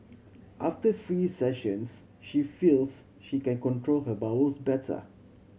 after three sessions she feels she can control her bowels better